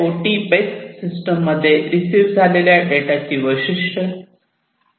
IIoT based सिस्टममध्ये receive झालेल्या डेटाची वैशिष्ट्ये